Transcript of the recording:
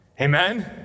Amen